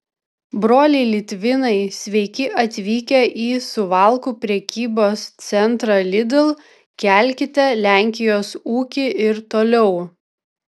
broliai litvinai sveiki atvykę į suvalkų prekybos centrą lidl kelkite lenkijos ūkį ir toliau